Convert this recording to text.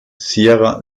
sierra